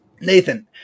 nathan